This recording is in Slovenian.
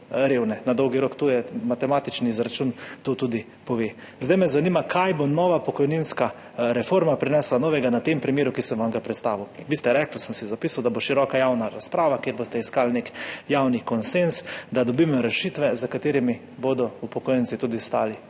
še bolj revne, to je matematični izračun, to tudi pove. Zanima me: Kaj bo nova pokojninska reforma prinesla novega na tem primeru, ki sem vam ga predstavil? Vi ste rekli, sem si zapisal, da bo široka javna razprava, kjer boste iskali nek javni konsenz, da dobimo rešitve, za katerimi bodo upokojenci tudi stali.